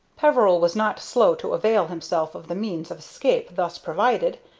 peveril was not slow to avail himself of the means of escape thus provided,